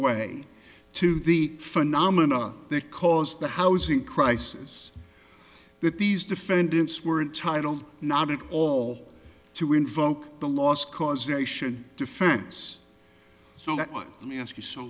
way to the phenomena that caused the housing crisis that these defendants were titled not at all to invoke the loss causation defense so that one let me ask you so